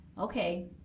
Okay